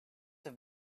have